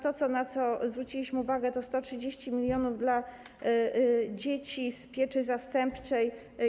To, na co zwróciliśmy uwagę, to 130 mln dla dzieci w pieczy zastępczej.